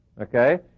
okay